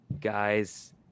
guys